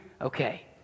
okay